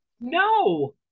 No